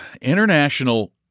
international